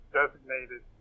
designated